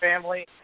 family